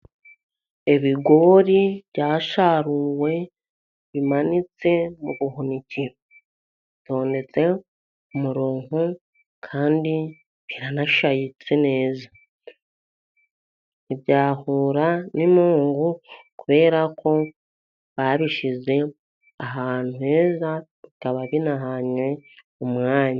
Ibigori byasaruwe bimanitse mu buhunikiro bitondetse ku murongo kandi birashayitse neza, ntibyahura n'imungu kubera ko babishyize ahantu heza bikaba binahanye umwanya.